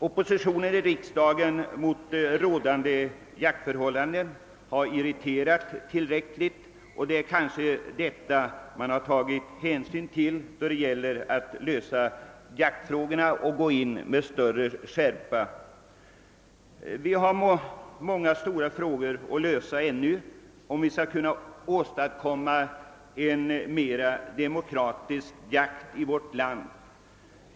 Oppositionen i riksdagen mot rådande jaktförhållanden har varit tillräckligt irriterad, och det är kanske detta man har tagit hänsyn till då det gäller att lösa jaktproblemen och man har med större skärpa gått in för att lösa jaktfrågorna. Vi har många stora frågor kvar innan vi kan åstadkomma en mera demokratisk jakt i vårt land.